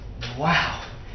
wow